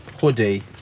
hoodie